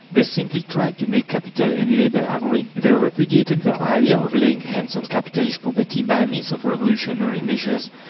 they simply tried to make capital and labour agree. they repudiated the idea of laying hands on capitalist property by means of revolutionary measures.